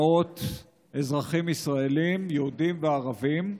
מאות אזרחים ישראלים, יהודים וערבים.